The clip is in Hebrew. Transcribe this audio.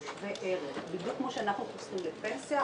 הוא שווה ערך בדיוק כפי שאנחנו חוסכים לפנסיה,